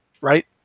right